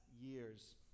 years